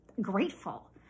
grateful